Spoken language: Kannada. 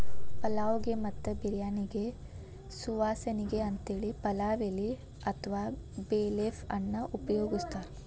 ಪಲಾವ್ ಗೆ ಮತ್ತ ಬಿರ್ಯಾನಿಗೆ ಸುವಾಸನಿಗೆ ಅಂತೇಳಿ ಪಲಾವ್ ಎಲಿ ಅತ್ವಾ ಬೇ ಲೇಫ್ ಅನ್ನ ಉಪಯೋಗಸ್ತಾರ